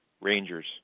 Rangers